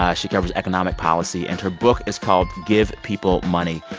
yeah she covers economic policy. and her book is called give people money.